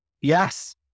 yes